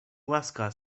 łaska